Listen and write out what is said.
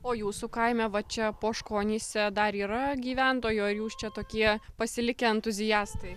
o jūsų kaime va čia poškonyse dar yra gyventojų ar jūs čia tokie pasilikę entuziastai